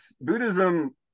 buddhism